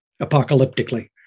apocalyptically